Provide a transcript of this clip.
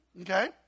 okay